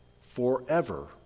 Forever